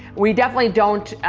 we definitely don't,